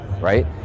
right